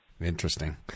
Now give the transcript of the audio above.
Interesting